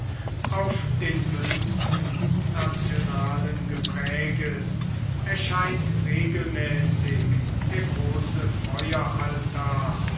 auf den münzen nationalen gepräges erscheint regelmäßig der große feueraltar